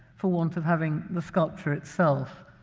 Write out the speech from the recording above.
for want of having the sculpture itself.